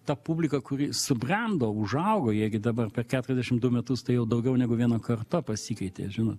ta publika kuri subrendo užaugo jie gi dabar per keturiasdešim du metus tai jau daugiau negu viena karta pasikeitė žino